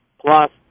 Plus